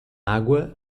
água